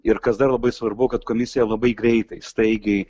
ir kas dar labai svarbu kad komisija labai greitai staigiai